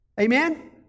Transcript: Amen